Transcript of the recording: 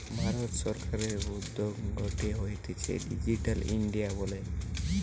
ভারত সরকারের উদ্যোগ গটে হতিছে ডিজিটাল ইন্ডিয়া বলে